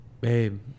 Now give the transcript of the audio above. Babe